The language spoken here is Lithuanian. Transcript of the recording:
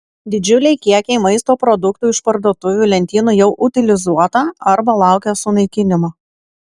didžiuliai kiekiai maisto produktų iš parduotuvių lentynų jau utilizuota arba laukia sunaikinimo